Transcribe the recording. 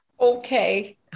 Okay